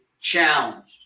challenged